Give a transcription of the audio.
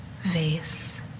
vase